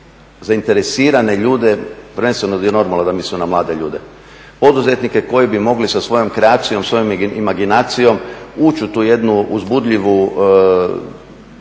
zainteresirane ljude prvenstveno gdje je normalno da mislim na mlade ljude, poduzetnike koji bi mogli sa svojom kreacijom, sa svojom imaginacijom ući u tu jednu uzbudljivu